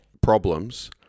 problems